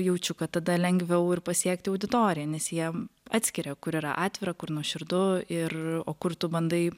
jaučiu kad tada lengviau ir pasiekti auditoriją nes jie atskiria kur yra atvira kur nuoširdu ir o kur tu bandai